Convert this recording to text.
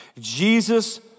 Jesus